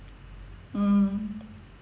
mm